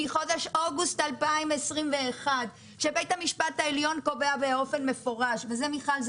מחודש אוגוסט 2021 שבית המשפט העליון קובע באופן מפורש וזה מיכל,